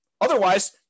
Otherwise